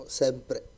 sempre